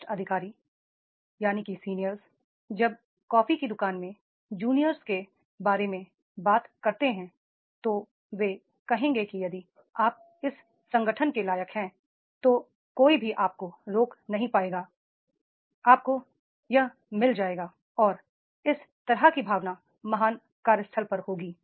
वरिष्ठ अधिकारी जब कॉफी की दु कानों में जूनियर्स के बारे में बात करते हैं तो वे कहेंगे कि यदि आप इस संगठन में लायक हैं तो कोई भी आपको रोक नहीं पाएगा आपको यह मिल जाएगा और इस तरह की भावना महान कार्यस्थल पर होगी